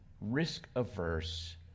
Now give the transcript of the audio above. risk-averse